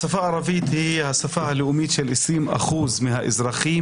השפה הערבית היא השפה הלאומית של 20% מהאזרחים